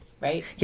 right